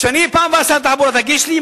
כשאני אהיה בפעם הבאה שר התחבורה תגיש לי,